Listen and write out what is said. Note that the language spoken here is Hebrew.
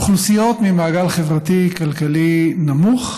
אוכלוסיות ממעגל חברתי-כלכלי נמוך,